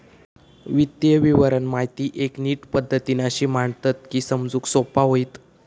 वित्तीय विवरण माहिती एक नीट पद्धतीन अशी मांडतत की समजूक सोपा होईत